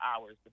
hours